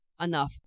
enough